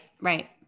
right